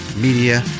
media